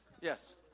Yes